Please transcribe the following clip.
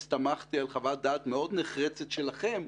הסתמכתי על חוות דעת מאוד נחרצת של בנק ישראל.